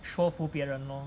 说服别人 lor